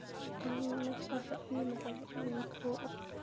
مےٚ چھُ باسان یی مطلب گوٚو